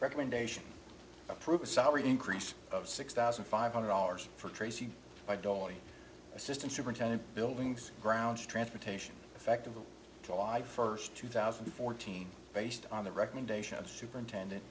recommendations approve a salary increase of six thousand five hundred dollars for tracy by dolly assistant superintendent buildings ground transportation effect of the allied first two thousand and fourteen based on the recommendation of superintendent